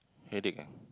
headache ah